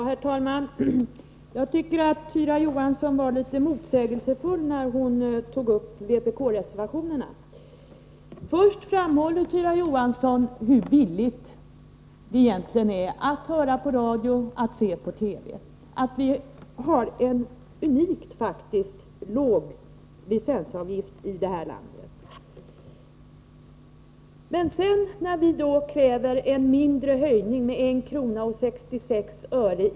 Herr talman! Jag tycker att Tyra Johansson var litet motsägelsefull när hon tog upp vpk-reservationen. Till att börja med framhåller Tyra Johansson hur billigt det egentligen är att höra på radio och se på TV, att vi har en unikt låg licensavgift i det här landet. Men sedan, när vi kräver en mindre höjning med 1:66 kr.